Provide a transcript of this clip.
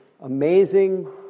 amazing